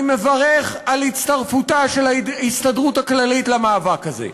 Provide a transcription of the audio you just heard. אני מברך על הצטרפותה של ההסתדרות הכללית למאבק הזה.